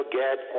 get